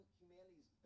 humanity's